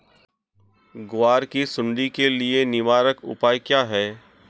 ग्वार की सुंडी के लिए निवारक उपाय क्या है?